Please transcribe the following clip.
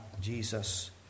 Jesus